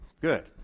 good